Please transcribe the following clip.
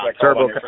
Turbo